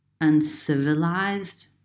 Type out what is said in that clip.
uncivilized